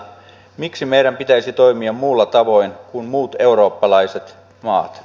miksi meidän pitäisi toimia muulla tavoin kuin muut eurooppalaiset maat